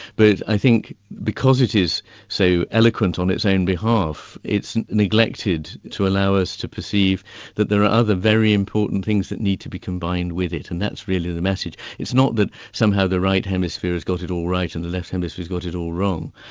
but i think because it is so eloquent on its own behalf, it's neglected to allow us to perceive that there are other very important things that need to be combined with it and that's really the message. it's not that somehow the right hemisphere has got it all right and the left hemisphere has got it all wrong.